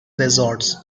resorts